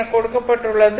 என கொடுக்கப்பட்டுள்ளது